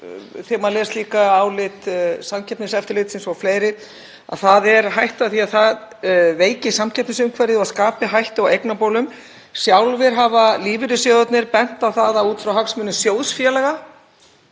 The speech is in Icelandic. Þegar maður les álit Samkeppniseftirlitsins og fleiri sést að það er hætta á því að það veiki samkeppnisumhverfi og skapi hættu á eignabólum. Sjálfir hafa lífeyrissjóðirnir bent á að út frá hagsmunum sjóðfélaga,